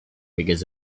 because